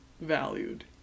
valued